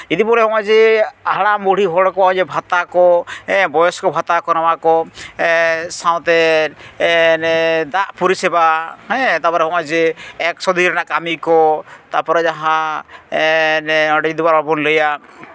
ᱡᱩᱫᱤ ᱵᱚᱱ ᱞᱟᱹᱭᱟ ᱱᱚᱜᱼᱚᱭ ᱡᱮ ᱦᱟᱲᱟᱢ ᱵᱩᱲᱦᱤ ᱦᱚᱲᱠᱚ ᱱᱚᱜᱼᱚᱭ ᱡᱮ ᱵᱷᱟᱛᱟ ᱠᱚ ᱵᱚᱭᱚᱥᱠᱚ ᱵᱷᱟᱛᱟ ᱠᱚ ᱱᱚᱣᱟ ᱠᱚ ᱥᱟᱶᱛᱮ ᱫᱟᱜ ᱯᱚᱨᱤᱥᱮᱵᱟ ᱛᱟᱨᱯᱚᱨᱮ ᱱᱚᱜᱼᱚᱭ ᱡᱮ ᱮᱠᱥᱚ ᱫᱤᱱ ᱨᱮᱱᱟᱜ ᱠᱟᱹᱢᱤ ᱠᱚ ᱛᱟᱨᱯᱚᱨᱮ ᱡᱟᱦᱟᱸ ᱚᱸᱰᱮ ᱡᱩᱫᱤ ᱟᱵᱚ ᱵᱚᱱ ᱞᱟᱹᱭᱟ